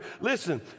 Listen